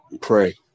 pray